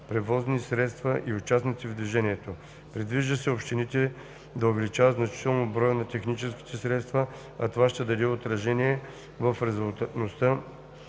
превозни средства и участници в движението. Предвижда се общините да увеличат значително броя на техническите средства, а това ще даде отражение в резултатността